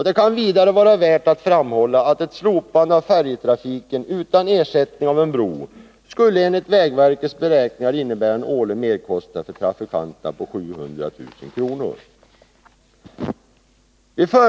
Det kan vidare vara värt att framhålla att ett slopande av färjetrafiken utan ersättning av en bro enligt vägverkets beräkningar skulle innebära en årlig merkostnad för trafikanterna på 700 000 kr.